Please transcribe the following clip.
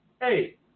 hey